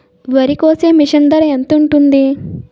వరి కోసే మిషన్ ధర ఎంత ఉంటుంది?